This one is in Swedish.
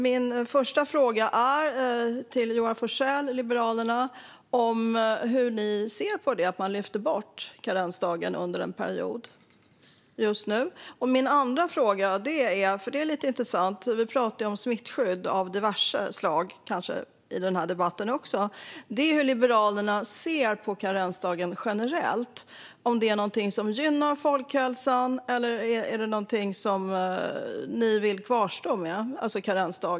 Min första fråga till Joar Forssell och Liberalerna är hur ni ser på att man just nu lyfter bort karensdagen under en period. Min andra fråga rör något lite intressant. Vi pratar ju om smittskydd av diverse slag i den här debatten. Jag undrar hur Liberalerna ser på karensdagen generellt. Är det något som gynnar folkhälsan, eller är det något som ni vill ska kvarstå?